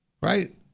Right